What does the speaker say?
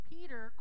Peter